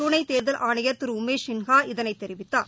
துணைத் தேர்தல் ஆணையர் திருஉமேஷ் சின்ஹா இதனைத் தெரிவித்தார்